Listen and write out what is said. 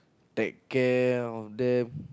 like care of them